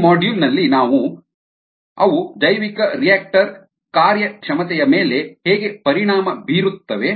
ಈ ಮಾಡ್ಯೂಲ್ ನಲ್ಲಿ ಅವು ಜೈವಿಕರಿಯಾಕ್ಟರ್ ಕಾರ್ಯಕ್ಷಮತೆಯ ಮೇಲೆ ಹೇಗೆ ಪರಿಣಾಮ ಬೀರುತ್ತವೆ